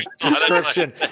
description